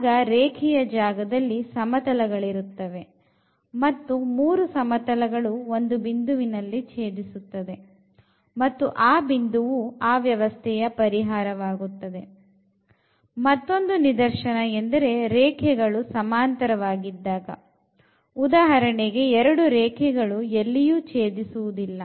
ಆಗ ರೇಖೆಯ ಜಾಗದಲ್ಲಿ ಸಮತಲಗಳಿರುತ್ತವೆ ಮತ್ತು 3 ಸಮತಲಗಳು ಒಂದು ಬಿಂದುವಿನಲ್ಲಿ ಛೇದಿಸುತ್ತದೆ ಮತ್ತು ಆ ಬಿಂದುವು ಅವ್ಯವಸ್ಥೆಯ ಪರಿಹಾರವಾಗುತ್ತದೆ ಮತ್ತೊಂದು ನಿದರ್ಶನ ಎಂದರೆ ರೇಖೆಗಳು ಸಮಾಂತರವಾಗಿದ್ದಾಗ ಉದಾಹರಣೆಗೆ ಎರಡು ರೇಖೆಗಳು ಎಲ್ಲಿಯೂ ಛೇದಿಸುವುದಿಲ್ಲ